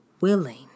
willing